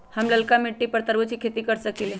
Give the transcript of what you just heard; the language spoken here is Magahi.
हम लालका मिट्टी पर तरबूज के खेती कर सकीले?